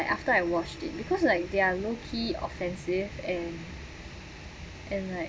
after I watched it because like they're low key offensive and and like